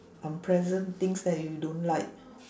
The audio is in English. unpleasant things that you don't like